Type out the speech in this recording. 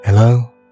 Hello